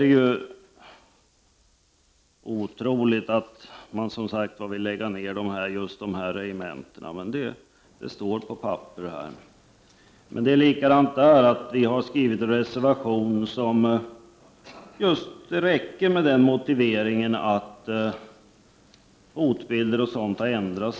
Det är otroligt att man vill lägga ned de nu aktuella enskilda regementen. Men det står på papper. Även här har vi emellertid i miljöpartiet skrivit en reservation där vi motiverar med att hotbilder osv. har förändrats.